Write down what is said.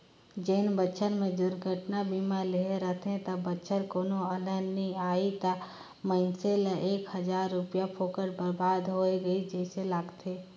जेन बच्छर मे दुरघटना बीमा लेहे रथे ते बच्छर कोनो अलहन नइ आही त मइनसे ल एक हजार रूपिया फोकट बरबाद होय गइस जइसे लागथें